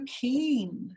keen